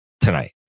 tonight